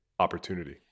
opportunity